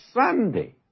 Sunday